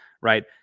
right